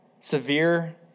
severe